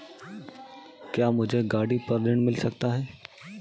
क्या मुझे गाड़ी पर ऋण मिल सकता है?